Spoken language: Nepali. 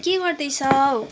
के गर्दै छौ